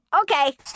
Okay